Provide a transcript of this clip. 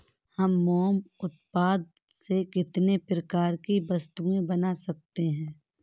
हम मोम उत्पाद से कितने प्रकार की वस्तुएं बना सकते हैं?